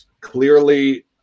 Clearly